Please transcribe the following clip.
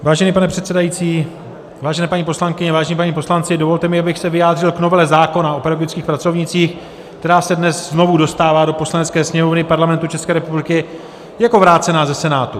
Vážený pane předsedající, vážené paní poslankyně, vážení páni poslanci, dovolte mi, abych se vyjádřil k novele zákona o pedagogických pracovnících, která se dnes znovu dostává do Poslanecké sněmovny Parlamentu České republiky jako vrácená ze Senátu.